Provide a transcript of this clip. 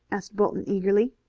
asked bolton eagerly.